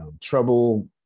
trouble